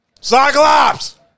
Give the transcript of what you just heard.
Cyclops